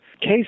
case